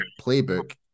playbook